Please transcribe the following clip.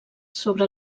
sobre